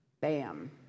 Bam